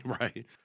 right